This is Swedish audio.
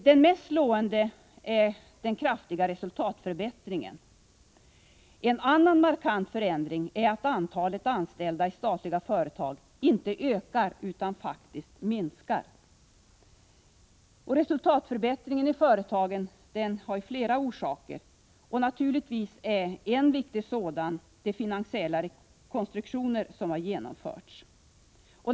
Det mest slående är den kraftiga resultatförbättringen. En annan markant förändring är att antalet anställda i statliga företag inte ökar utan faktiskt minskar. Resultatförbättringen i företagen har flera orsaker, och naturligtvis är en viktig sådan de finansiella rekonstruktioner som har genomförts.